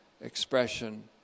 expression